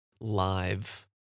live